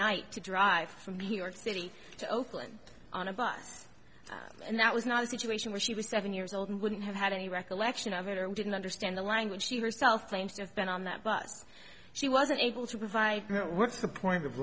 night to drive from here to city to oakland on a bus and that was not a situation where she was seven years old and wouldn't have had any recollection of it and didn't understand the language she herself aims to have been on that bus she wasn't able to provide what's the point of